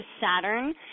Saturn